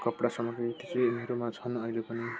कपडा सामग्री मेरोमा छन् अहिले पनि